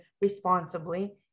responsibly